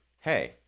hey